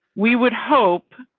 we would hope.